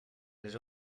les